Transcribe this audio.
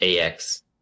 AX